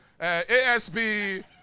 ASB